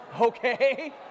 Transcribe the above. Okay